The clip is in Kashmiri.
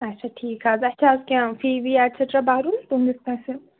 اچھا ٹھیٖک حظ اسہ چھ حظ کینٛہہ فی وی ایٚٹسِٹرا بَرُن تُہٕنٛدِس کٲنٛسہِ